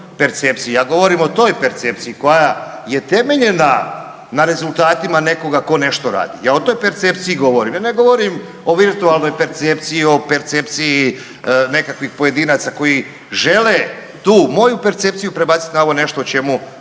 Ja govorim o toj percepciji koja temeljena na rezultatima nekoga tko nešto radi, ja o toj percepciji govorim. Ja ne govorim o virtualnoj percepciji, o percepciji nekakvih pojedinaca koji žele tu moju percepciju prebacit na ovo nešto o čemu vi